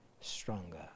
stronger